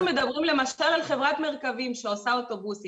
אנחנו מדברים למשל על חברת "מרכבים" שעושה אוטובוסים.